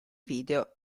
video